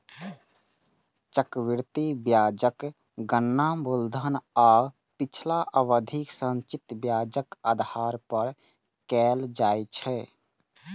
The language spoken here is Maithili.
चक्रवृद्धि ब्याजक गणना मूलधन आ पिछला अवधिक संचित ब्याजक आधार पर कैल जाइ छै